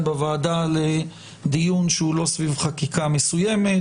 בוועדה לדיון שהוא לא סביב חקיקה מסוימת,